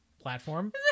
platform